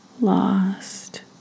lost